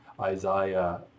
Isaiah